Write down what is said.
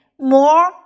more